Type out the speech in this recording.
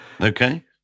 Okay